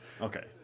Okay